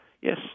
yes